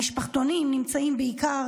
המשפחתונים נמצאים בעיקר